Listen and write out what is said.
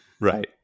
Right